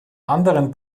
anderen